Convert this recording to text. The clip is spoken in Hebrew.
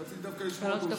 רציתי דווקא לשמוע אותו.